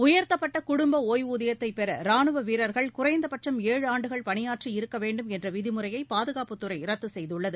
உயர்த்தப்பட்ட குடும்ப ஒய்வூதியத்தை பெற ரானுவ வீரர்கள் குறைந்தபட்சம் ஏழாண்டுகள் பணியாற்றி இருக்க வேண்டுமென்ற விதிமுறையை பாதுகாப்புத்துறை ரத்து செய்துள்ளது